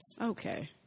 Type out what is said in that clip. okay